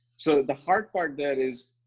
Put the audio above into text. so, the hard part that is,